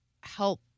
help